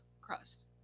crust